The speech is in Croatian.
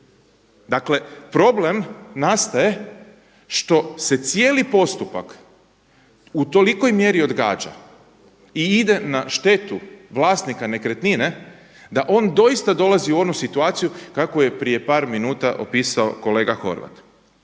Dakle problem nastaje što se cijeli postupak u tolikoj mjeri odgađa i ide na štetu vlasnika nekretnine da on doista dolazi u onu situaciju kakvu je prije par minuta opisao kolega Horvat.